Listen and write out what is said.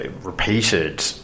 repeated